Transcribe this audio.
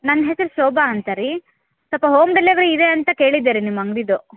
ನನ್ನ ಹೆಸ್ರು ಶೋಭ ಅಂತ ರೀ ಸ್ವಲ್ಪ ಹೋಮ್ ಡೆಲಿವರಿ ಇದೆ ಅಂತ ಕೇಳಿದ್ದೆ ರೀ ನಿಮ್ಮ ಅಂಗಡಿದು